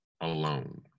alone